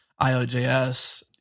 IOJS